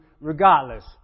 regardless